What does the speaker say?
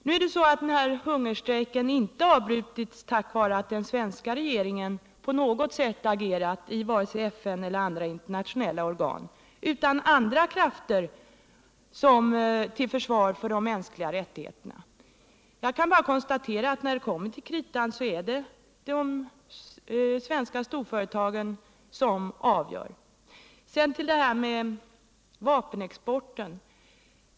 Nu är det så att den här hungerstrejken inte har avbrutits tack vare att den svenska regeringen på något säll agerat i vare sig FN eller i andra internationella organ, utan det är andra krafter som agerat till försvar för de mänskliga rättigheterna. Jag kan bara konstatera att när det kommer till kritan, så är det de svenska storföretagen som avgör hur regeringen skall handla. Så till frågan om vapenexporten.